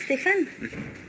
Stefan